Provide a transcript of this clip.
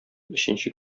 өченче